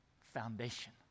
foundation